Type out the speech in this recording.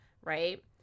Right